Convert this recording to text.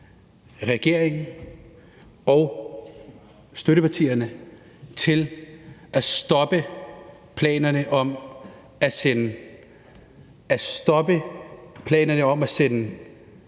regeringen og støttepartierne, til at stoppe planerne om at sende